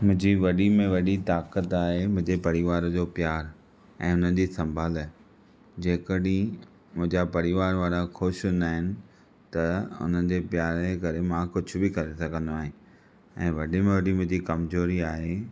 मुंहिंजी वॾी में वॾी ताक़त आहे मुंहिंजे परिवार जो प्यारु ऐं हुननि जी सम्भाल जेकॾिं मुंहिंजा परिवार वारा ख़ुशि हूंदा आहिनि त हुननि जे प्यार जे करे मां कुझु बि करे सघंदो आहियां ऐं वॾे में वॾी मुंहिंजी कमज़ोरी आहे